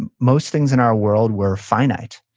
and most things in our world were finite.